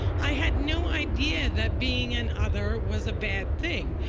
i had no idea that being an other was a bad thing.